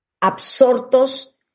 absortos